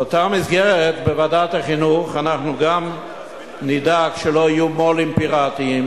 באותה מסגרת בוועדת החינוך אנחנו גם נדאג שלא יהיו מו"לים פיראטיים,